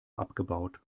abgebaut